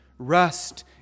Rest